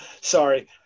sorry